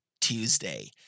Tuesday